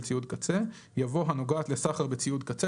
של ציוד קצה" יבוא "הנוגעת לסחר בציוד קצה,